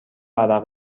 عرق